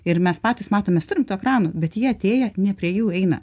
ir mes patys matom mes turim tų ekranų bet jie atėję ne prie jų eina